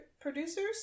producers